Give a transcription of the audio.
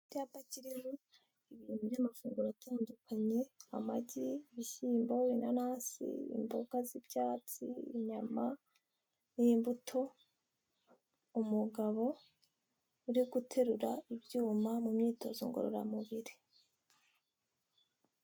Icyapa kiriho ibintu by'amafunguro atandukanye, amagi, ibishyimbo, inanasi, imboga z'ibyatsi, inyama n'imbuto, umugabo uri guterura ibyuma mu myitozo ngororamubiri.